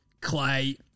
Clay